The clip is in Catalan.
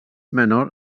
menor